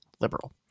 liberal